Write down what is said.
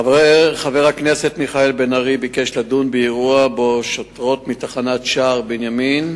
חבר הכנסת מיכאל בן-ארי ביקש לדון באירוע שבו שוטרות מתחנת שער-בנימין